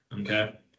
Okay